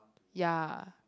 ya